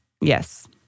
Yes